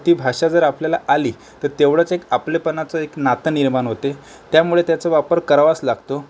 भाषा जर आपल्याला आली तर तेवढंच एक आपलेपणाचं एक नातं निर्माण होते त्यामुळे त्याचा वापर करावाच लागतो